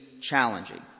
challenging